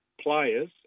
players